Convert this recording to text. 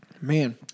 Man